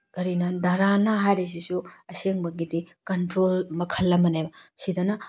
ꯀꯔꯤꯅꯣ ꯙꯔꯥꯅ ꯍꯥꯏꯔꯤꯁꯤꯁꯨ ꯑꯁꯦꯡꯕꯒꯤꯗꯤ ꯀꯟꯇ꯭ꯔꯣꯜ ꯃꯈꯜ ꯑꯃꯅꯦꯕ ꯁꯤꯗꯅ